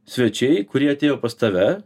svečiai kurie atėjo pas tave